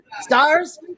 stars